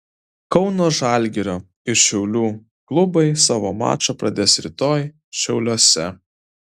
kauno žalgirio ir šiaulių klubai savo mačą pradės rytoj šiauliuose